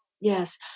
yes